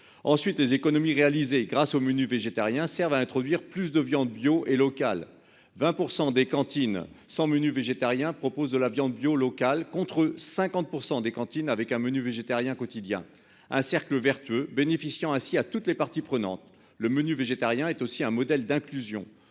Ensuite les économies réalisées grâce aux menus végétariens serve à introduire plus de viande bio et local. 20% des cantines sans menus végétariens proposent de la viande bio, local contre 50% des cantines avec un menu végétarien quotidien un cercle vertueux bénéficiant ainsi à toutes les parties prenantes. Le menu végétarien est aussi un modèle d'inclusion